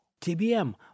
TBM